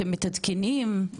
אתם מתעדכנים?